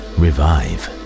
revive